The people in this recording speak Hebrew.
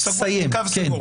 סיים, כן.